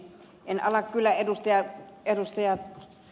en ala kyllä ed